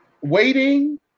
Waiting